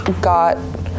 got